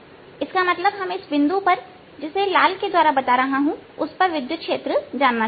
इसका मतलब है कि हम इस बिंदु पर जिसे लाल से बताया गया है उस पर विद्युत क्षेत्र जानना चाहते हैं